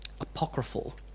apocryphal